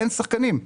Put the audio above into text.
אין שחקנים.